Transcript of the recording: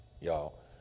y'all